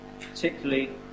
particularly